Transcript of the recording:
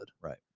right